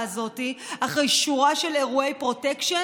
הזאת אחרי שורה של אירועי פרוטקשן.